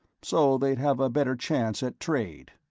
so they'd have a better chance at trade.